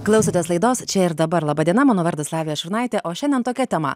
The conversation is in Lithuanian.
klausotės laidos čia ir dabar laba diena mano vardas lavija šurnaitė o šiandien tokia tema